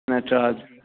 Nataraj